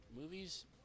movies